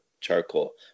charcoal